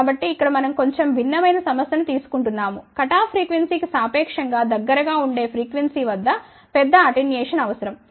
కాబట్టి ఇక్కడ మనం కొంచెం భిన్నమైన సమస్య ను తీసుకుంటున్నాము కట్ ఆఫ్ ఫ్రీక్వెన్సీ కి సాపేక్షం గా దగ్గరగా ఉండే ఫ్రీక్వెన్సీ వద్ద పెద్ద అటెన్యుయేషన్ అవసరం